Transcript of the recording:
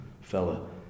fella